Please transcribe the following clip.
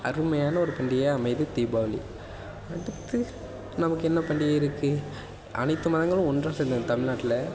அருமையான ஒரு பண்டிகையாக அமையுது தீபாவளி அடுத்து நமக்கு என்ன பண்டிகை இருக்கு அனைத்து மதங்களும் ஒன்றாக சேர்ந்த இந்த தமிழ்நாட்டில்